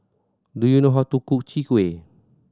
do you know how to cook Chwee Kueh